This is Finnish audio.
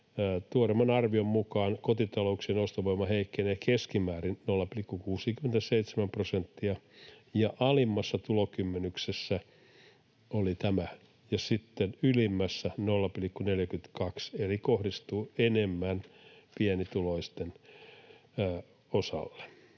tuoreimman arvion mukaan kotitalouksien ostovoima heikkenee keskimäärin 0,67 prosenttia alimmassa tulokymmenyksessä, ja sitten ylimmässä 0,42, eli kohdistuu enemmän pienituloisten osalle.